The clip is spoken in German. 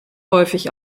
häufig